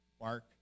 Mark